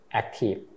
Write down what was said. Active